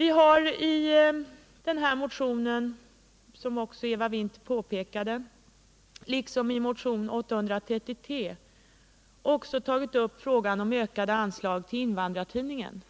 I denna motion har vi, som också Eva Winther påpekade, liksom i motionen 833 även tagit upp frågan om ökade anslag till Invandrartidningen